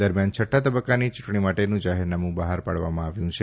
દરમ્યાન છઠ્ઠા તબક્કાની ચૂંટણી માટેનું જાહેરનામું બહાર પાડવામાં આવ્યું છે